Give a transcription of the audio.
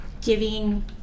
giving